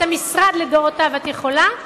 את המשרד לדורותיו את יכולה?